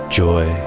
joy